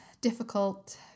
difficult